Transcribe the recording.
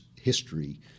history